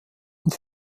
und